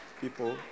People